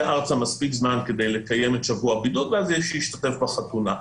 ארצה מספיק זמן כדי לקיים את שבוע הבידוד ואז שישתתף בחתונה.